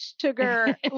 sugar